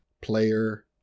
player